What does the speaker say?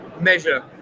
measure